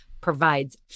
provides